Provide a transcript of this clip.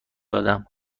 دادم